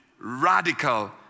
radical